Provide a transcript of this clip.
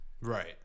Right